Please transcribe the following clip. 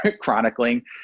chronicling